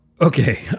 okay